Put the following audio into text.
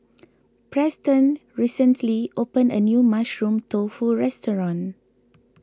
Preston recently opened a new Mushroom Tofu restaurant